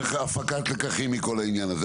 צריך הפקת לקחים מכול העניין הזה.